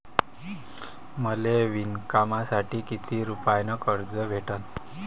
मले विणकामासाठी किती रुपयानं कर्ज भेटन?